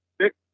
six